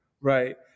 Right